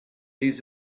these